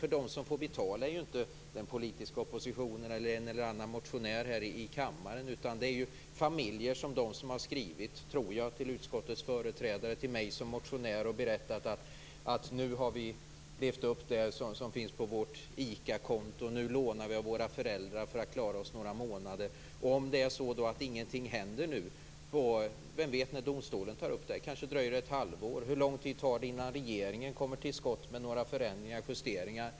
Och de som får betala är inte den politiska oppositionen eller en eller annan motionär här i kammaren, utan det är familjer som de som jag tror har skrivit till utskottets företrädare och till mig som motionär och berättat att de nu har levt upp det som finns på deras ICA-konto och att de nu lånar av sina föräldrar för att klara sig några månader till. Och hur blir det om ingenting händer? Och vem vet när domstolen tar upp detta? Det kanske dröjer ett halvår. Hur lång tid tar det innan regeringen kommer till skott med några förändringar och justeringar?